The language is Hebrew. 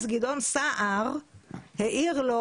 אז גדעון סער העיר לו: